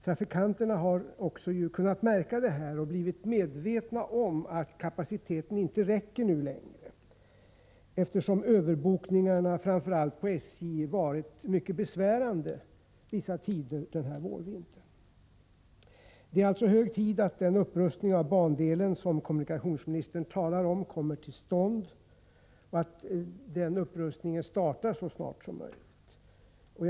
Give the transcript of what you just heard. Trafikanterna har tydligen också lagt märke till detta och blivit medvetna om att kapaciteten inte räcker längre, eftersom överbokningarna, framför allt på SJ, varit mycket besvärande vissa tider denna vårvinter. Det är alltså hög tid att den upprustning av bandelen som kommunikationsministern talar om kommer till stånd och att den startar så snart som möjligt.